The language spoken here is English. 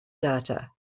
data